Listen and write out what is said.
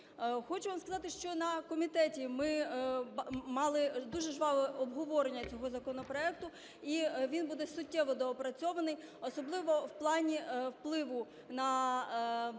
Хочу вам сказати, що на комітеті ми мали дуже жваве обговорення цього законопроекту, і він буде суттєво доопрацьований, особливо в плані впливу на